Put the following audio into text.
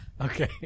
Okay